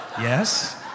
Yes